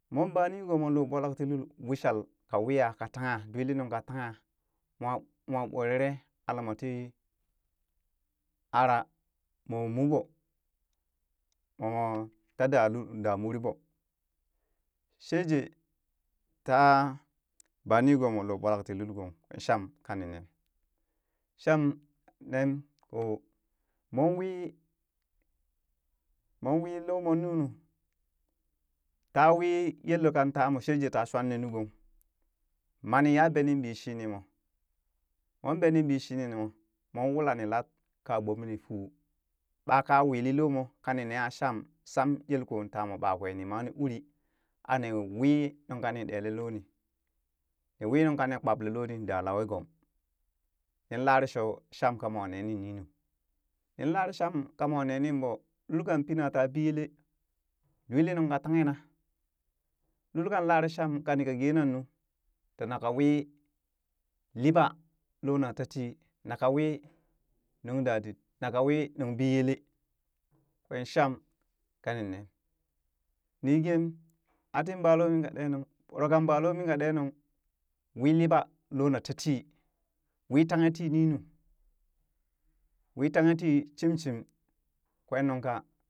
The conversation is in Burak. Moon baa niigoomo loo ɓwalak ti lul wishal ka wiya ka tangha dwilinung katangha, moo moo ɓwerere ara moo ara mo muɓo sheje ta baa nigoomoo lo ɓwalak ti lul gong, kwen sham kani neem sham nem ko mon wii mon wii loo moo nunu ta wii yel kan tamoo sheje ta shwani nu gong mani ya belin bii shini moon beni bii shini mo mon wulani lad ka gbome nii fuu ɓaka wili lomo ka ni neha sham, sham yelkoo tamoon ɓakwe nima ni uri, anii wii nunka ni ɗele looni ni wii nungka ni wii kpaple loni daa lawe gom nin larere sho sham kamwa ne ni nunu, nin lare sham ka mwa nenin bo lulkan pina ta biyelee, dwilinung ka tanghe na lul kan laare sham ka nika ge nan nu to naka wii liɓa loo na tatii, naka wii nuŋ dadit naka wii nun biyele kwee sham kanii nem ni ghem atin ba loo mii ka ɗee nung wan ba lomin ka ɗe nung, wi liɓa lona tatii wii tangha tii ninu wi tanghe tii shimshim kwee nuŋ kaa.